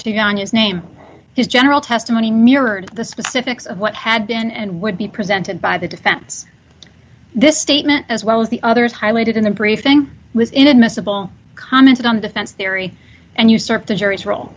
on his name his general testimony mirrored the specifics of what had been and would be presented by the defense this statement as well as the others highlighted in the briefing was inadmissible commented on the fence theory and you start the jury's wro